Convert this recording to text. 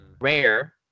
Rare